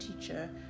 teacher